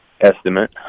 estimate